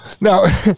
now